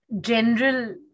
general